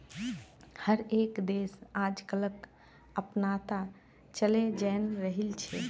हर एक देश आजकलक अपनाता चलयें जन्य रहिल छे